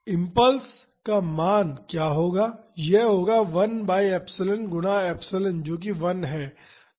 तो इम्पल्स का मान क्या होगा यह होगा 1 बाई एप्सिलॉन गुणा एप्सिलॉन जो की 1 है